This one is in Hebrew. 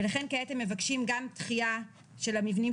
את חייבת לא פחות ממני להגיש הסתייגות שלפחות תעשה צדק עם אותן רשויות.